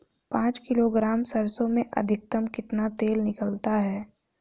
पाँच किलोग्राम सरसों में अधिकतम कितना तेल निकलता है?